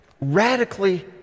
Radically